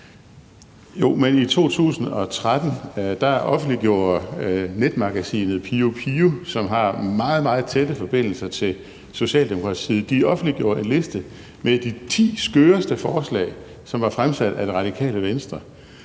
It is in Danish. i 2013 offentliggjorde Netavisen Pio, som har meget, meget tætte forbindelser til Socialdemokratiet, en liste med de ti skøreste forslag, som var fremsat af Det Radikale Venstre,